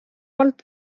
alt